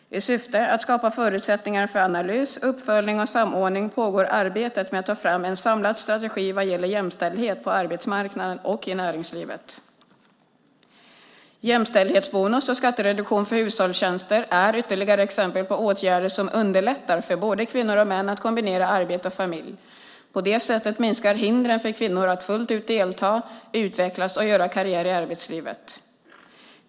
I syfte att skapa förutsättningar för analys, uppföljning och samordning pågår arbetet med att ta fram en samlad strategi vad gäller jämställdhet på arbetsmarknaden och i näringslivet. Jämställdhetsbonus och skattereduktion för hushållstjänster är ytterligare exempel på åtgärder som underlättar för både kvinnor och män att kombinera arbete och familj. På det sättet minskar hindren för kvinnor att fullt ut delta, utvecklas och göra karriär i arbetslivet.